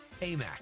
AMAC